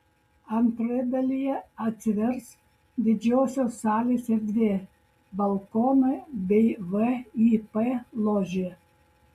antroje dalyje atsivers didžiosios salės erdvė balkonai bei vip ložė